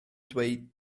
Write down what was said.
dweud